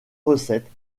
recettes